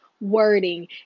wording